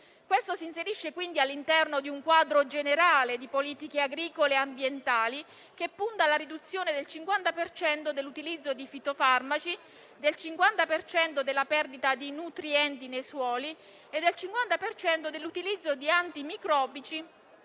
questo si inserisce quindi all'interno di un quadro generale di politiche agricole e ambientali, che punta alla riduzione del 50 per cento dell'utilizzo di fitofarmaci, del 50 per cento della perdita di nutrienti nei suoli e del 50 per cento dell'utilizzo di antimicrobici